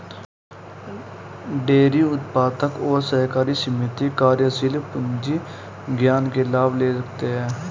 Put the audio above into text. dairy उत्पादक और सहकारी समिति कार्यशील पूंजी ऋण के लाभ ले सकते है